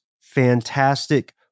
fantastic